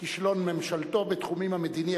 כישלון ממשלתו בתחום המדיני,